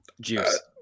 Juice